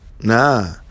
nah